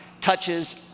touches